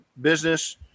business